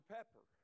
Pepper